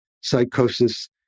psychosis